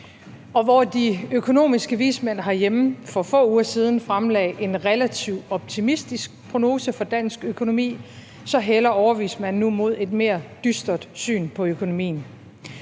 Og hvor de økonomiske vismænd herhjemme for få uger siden fremlagde en relativt optimistisk prognose for dansk økonomi, hælder overvismanden nu mod et mere dystert syn på økonomien.